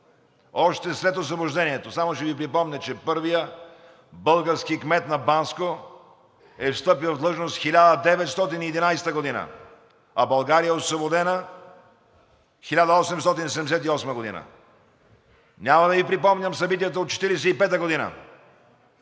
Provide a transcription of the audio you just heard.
още след Освобождението. Само ще Ви припомня, че първият български кмет на Банско е встъпил в длъжност 1911 г., а България е освободена 1878 г. Няма да Ви припомням събитията от 1945 г.